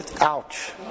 ouch